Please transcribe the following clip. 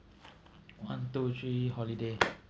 one two three holiday